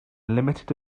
limited